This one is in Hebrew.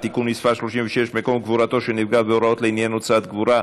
ותעבור לוועדת החוקה,